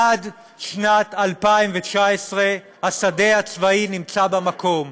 עד שנת 2019 השדה הצבאי נמצא במקום,